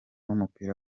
w’umupira